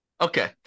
Okay